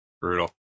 brutal